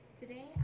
Today